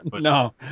No